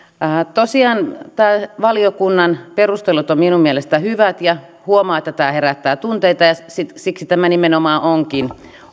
tosiaan valiokunnan perustelut ovat minun mielestä hyvät ja huomaa että tämä herättää tunteita siksi tämä nimenomaan onkin